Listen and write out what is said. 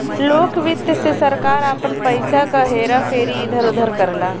लोक वित्त से सरकार आपन पइसा क हेरा फेरी इधर उधर करला